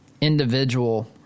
individual